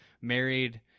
married